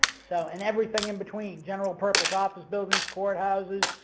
so and everything in between general purpose, office buildings, courthouses,